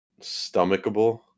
stomachable